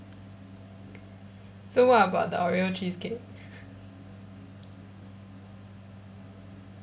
so what about the oreo cheesecake